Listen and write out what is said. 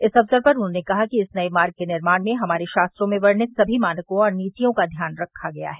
इस अवसर पर उन्होंने कहा कि इस नये मार्ग के निर्माण में हमारे शास्त्रों में वर्णित सभी मानकों और नीतियों का ध्यान रखा गया है